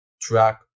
track